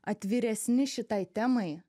atviresni šitai temai